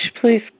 please